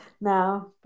now